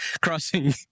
Crossing